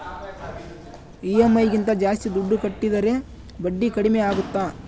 EMI ಗಿಂತ ಜಾಸ್ತಿ ದುಡ್ಡು ಕಟ್ಟಿದರೆ ಬಡ್ಡಿ ಕಡಿಮೆ ಆಗುತ್ತಾ?